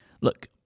Look